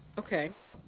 okay.